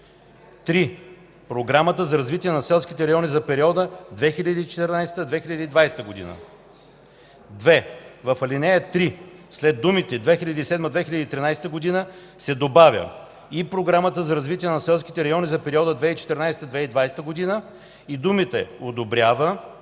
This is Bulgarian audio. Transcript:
„3. Програма за развитие на селските райони за периода 2014-2020 г.”. 2. В ал. 3 след думите „2007-2013 г.” се добавя „и Програмата за развитие на селските райони за периода 2014-2020 г.” и думите „одобрява”